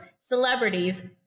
celebrities